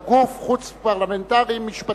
או גוף חוץ-פרלמנטרי משפטי.